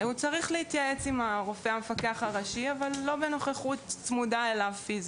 הוא צריך להתייעץ עם הרופא המפקח הראשי לא בנוכחות צמודה אליו פיזית.